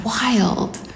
wild